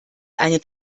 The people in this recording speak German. eine